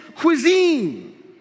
cuisine